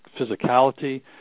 physicality